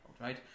right